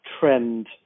trend